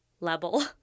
level